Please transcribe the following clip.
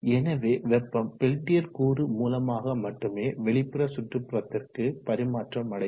எனவே வெப்பம் பெல்டியர் கூறு மூலமாக மட்டுமே வெளிப்புற சுற்றுபுறத்திற்கு பரிமாற்றம் அடையும்